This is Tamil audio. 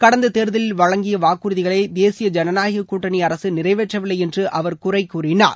கடந்த தேர்தலில் வழங்கிய வாக்குறுதிகளை தேசிய ஜனநாயக கூட்டணி அரசு நிறைவேற்றவிலலை என்று அவர் குறைகூறினார்